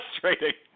frustrating